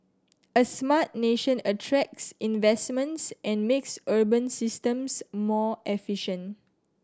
a smart nation attracts investments and makes urban systems more efficient